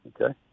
Okay